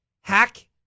hack